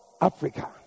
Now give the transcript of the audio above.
Africa